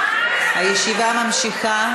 הישיבה ממשיכה.